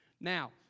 Now